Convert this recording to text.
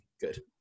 good